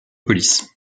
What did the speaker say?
police